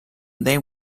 they